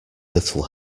little